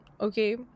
okay